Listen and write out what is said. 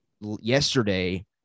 yesterday